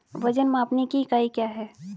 वजन मापने की इकाई क्या है?